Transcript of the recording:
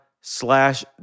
slash